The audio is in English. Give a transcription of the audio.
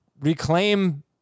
reclaim